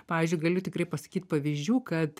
pavyzdžiui galiu tikrai pasakyt pavyzdžių kad